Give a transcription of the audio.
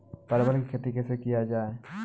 परवल की खेती कैसे किया जाय?